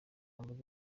humble